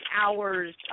hours